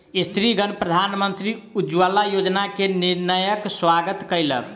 स्त्रीगण प्रधानमंत्री उज्ज्वला योजना के निर्णयक स्वागत कयलक